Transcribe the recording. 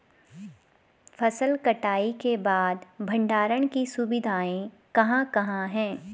फसल कटाई के बाद भंडारण की सुविधाएं कहाँ कहाँ हैं?